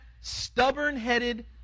stubborn-headed